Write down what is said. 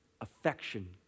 affection